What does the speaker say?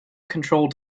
controlled